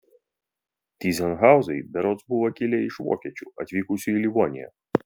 tyzenhauzai berods buvo kilę iš vokiečių atvykusių į livoniją